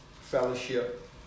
fellowship